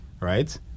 Right